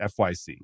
FYC